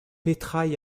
petra